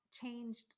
changed